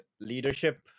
leadership